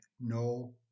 no